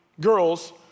girls